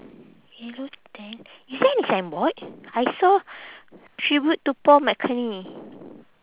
yellow tent is there any signboard I saw tribute to paul mckenny